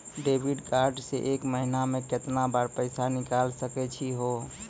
Debit card से एक महीना मा केतना बार पैसा निकल सकै छि हो?